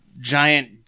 giant